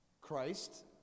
Christ